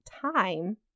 time